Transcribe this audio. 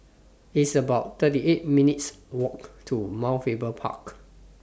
It's about thirty eight minutes' Walk to Mount Faber Park